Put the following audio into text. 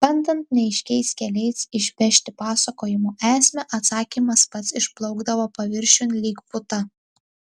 bandant neaiškiais keliais išpešti pasakojimo esmę atsakymas pats išplaukdavo paviršiun lyg puta